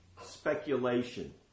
speculation